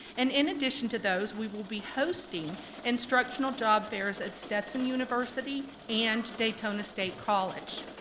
and, in addition to those, we will be hosting instructional job fairs at stetson university and daytona state college.